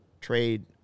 trade